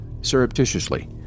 surreptitiously